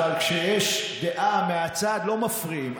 אבל כשיש דעה מהצד לא מפריעים.